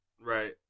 right